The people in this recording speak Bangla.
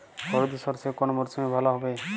হলুদ সর্ষে কোন মরশুমে ভালো হবে?